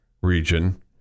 region